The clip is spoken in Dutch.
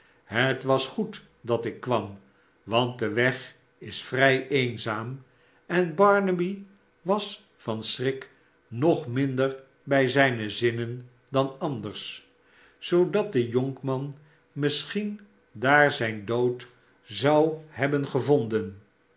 het was goed dat ik kwam want de weg is vrij eenzaam en barnaby was van schrik nog minder hij zijne zinnen dan anders zoodat de jonkman misschien daar zijn dood zou hebben gevonden